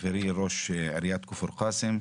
חברי ראש עיריית כפר קאסם,